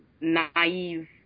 naive